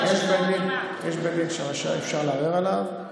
יש בית דין שאפשר לערער אליו.